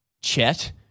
Chet